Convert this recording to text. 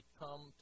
come